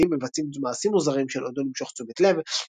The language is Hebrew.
הנביאים מבצעים מעשים מוזרים שנועדו למשוך תשומת לב,